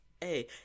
hey